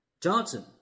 Johnson